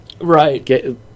Right